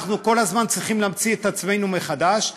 אנחנו כל הזמן צריכים להמציא את עצמנו מחדש,